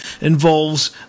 involves